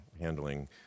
handling